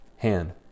hand